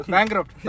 Bankrupt